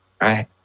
right